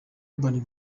urban